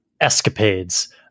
escapades